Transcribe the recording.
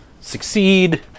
succeed